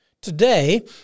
Today